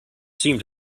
seem